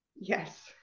Yes